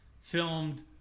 filmed